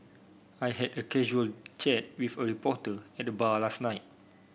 I had a casual chat with a reporter at the bar last night